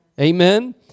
Amen